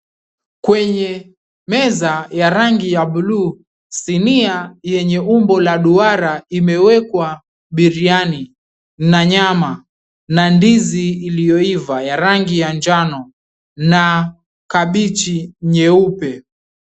Kwenye meza ya rangi ya buluu, sinia yenye umbo la duara imewekwa biriani na nyama na ndizi iliyoiva ya rangi ya njano na kabichi nyeupe.